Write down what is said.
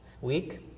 week